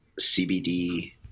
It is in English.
CBD